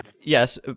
Yes